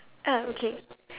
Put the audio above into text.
oh okay